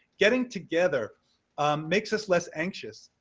getting together makes us less anxious.